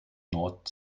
nord